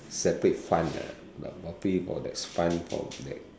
separate fund ah probably for the fund from that